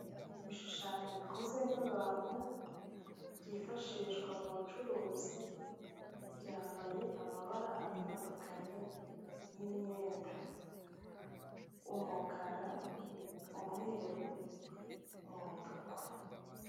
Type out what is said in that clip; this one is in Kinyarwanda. Ibishushanyo bikoze nk'abantu byifashishwa mu bucuruzi byambaye amabara atandukanye y'imyenda umukara umweru umutuku.